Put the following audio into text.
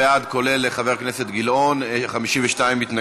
49 בעד, כולל חבר הכנסת גילאון, 52 מתנגדים.